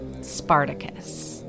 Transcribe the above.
Spartacus